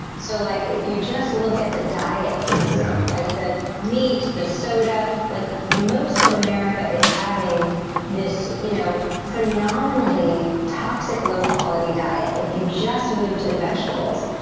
so like if you just look at the diet yeah like the meat, the soda, like most of america is having this you know phenomenally toxic, low-quality diet. if you just move to the vegetables,